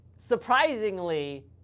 surprisingly